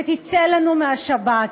ותצא לנו מהשבת,